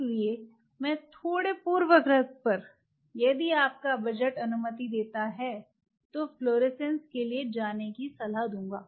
इसलिए मैं थोड़े पूर्वाग्रह पर यदि आपका बजट अनुमति देता है तो फ्लोरेसेंस के लिए जाने की सलाह देंगे